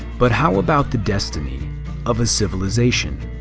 but how about the destiny of a civilization?